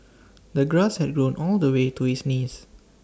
the grass had grown all the way to his knees